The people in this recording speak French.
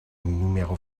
numéro